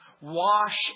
Wash